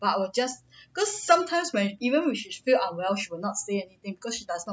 but I would just cause sometimes when even she feel unwell she will not say anything because she does not